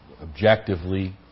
objectively